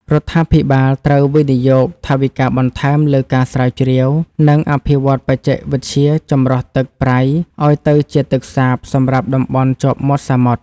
រដ្ឋាភិបាលត្រូវវិនិយោគថវិកាបន្ថែមលើការស្រាវជ្រាវ និងអភិវឌ្ឍន៍បច្ចេកវិទ្យាចម្រោះទឹកប្រៃឱ្យទៅជាទឹកសាបសម្រាប់តំបន់ជាប់មាត់សមុទ្រ។